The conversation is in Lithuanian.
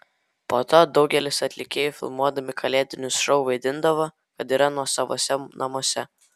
po to daugelis atlikėjų filmuodami kalėdinius šou vaidindavo kad yra nuosavose namuose